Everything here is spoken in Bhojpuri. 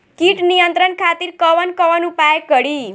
कीट नियंत्रण खातिर कवन कवन उपाय करी?